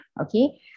Okay